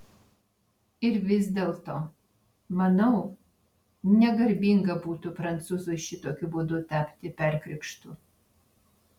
ir vis dėlto manau negarbinga būtų prancūzui šitokiu būdu tapti perkrikštu